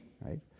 right